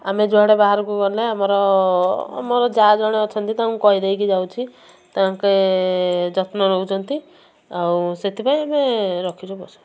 ଆମେ ଯୁଆଡ଼େ ବାହାରୁକୁ ଗଲେ ଆମର ମୋର ଯାଆ ଜଣେ ଅଛନ୍ତି ତାଙ୍କୁ କହିଦେଇକି ଯାଉଛି ତାଙ୍କେ ଯତ୍ନ ନଉଛନ୍ତି ଆଉ ସେଥିପାଇଁ ଆମେ ରଖିଛୁ ପଶୁ